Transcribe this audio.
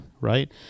right